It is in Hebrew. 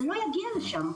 זה לא יגיע לשם.